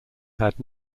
had